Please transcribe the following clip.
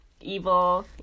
evil